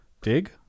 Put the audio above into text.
Dig